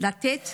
לתת